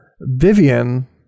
Vivian